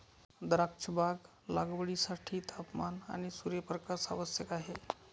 द्राक्षबाग लागवडीसाठी तापमान आणि सूर्यप्रकाश आवश्यक आहे